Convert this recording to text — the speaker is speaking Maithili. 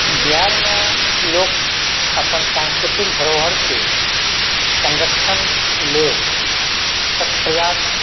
बिहारमे लोक अपन सांस्कृतिक धरोहरकेँ संरक्षण लेल सभ प्रयास